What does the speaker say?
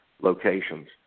locations